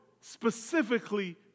specifically